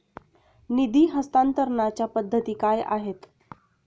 निधी हस्तांतरणाच्या पद्धती काय आहेत?